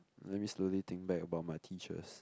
let me slowly think back about my teachers